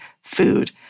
food